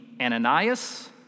Ananias